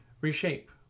Reshape